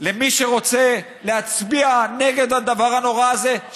מי שרוצה להצביע נגד הדבר הנורא הזה,